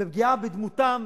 בפגיעה בדמותם